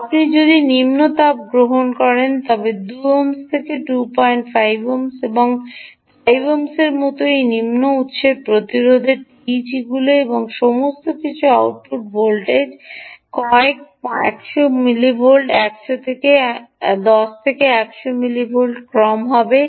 আপনি যদি নিম্ন তাপ গ্রহণ করেন তবে 2 ওহম 25 ওহুম 5 ওহমের মতো এই নিম্ন উত্সের প্রতিরোধের টিইজিগুলি এবং সমস্ত কিছু আউটপুট ভোল্টেজ কয়েক 100 মিলিভোল্ট 10 এবং 100 মিলিভোল্টের ক্রম হবে